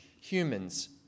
humans